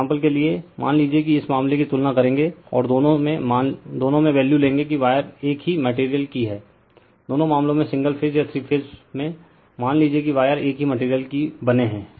example के लिए मान लीजिए कि इस मामले की तुलना करेंगे और दोनों में मान लेंगे कि वायर एक ही मटेरियल की हैं दोनों मामलों में सिंगल फेज या थ्री फेज में मान लीजिए कि वायर एक ही मटेरियल के बने हैं